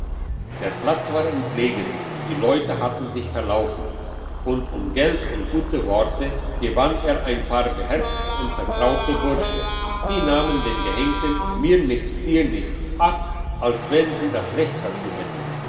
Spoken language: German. der platz war entlegen die leute hatten sich verlaufen und um geld und gute worte gewann er ein paar beherzte und vertraute bursche die nahmen den gehenkten mir nichts dir nichts ab als wenn sie das recht dazu hätten